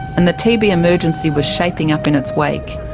and the tb emergency was shaping up in its wake.